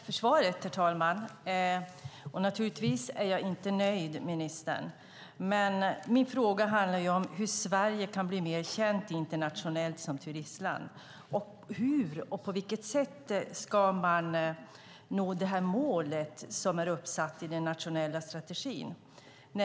Herr talman! Jag tackar för svaret, ministern, men naturligtvis är jag inte nöjd. Min fråga handlar om hur Sverige kan bli mer känt internationellt som turistland samt hur och på vilket sätt man ska uppnå det mål som är uppsatt i den nationella strategin.